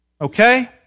Okay